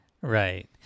right